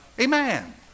Amen